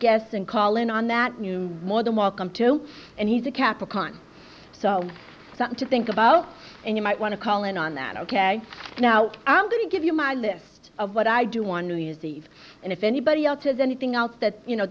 guess and call in on that you more than welcome to and he's a capricorn so something to think about and you might want to call in on that ok now i'm going to give you my list of what i do one new year's eve and if anybody else has anything else that